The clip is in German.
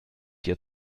dir